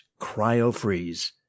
CryoFreeze